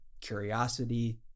curiosity